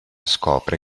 scopre